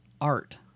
Art